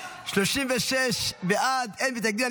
36 בעד, אין מתנגדים.